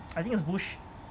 I think it's bullshit